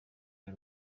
y’u